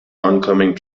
oncoming